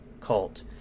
cult